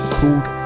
called